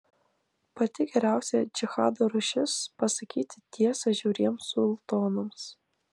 pati geriausia džihado rūšis pasakyti tiesą žiauriems sultonams